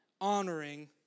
honoring